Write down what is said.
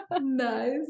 Nice